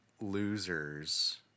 losers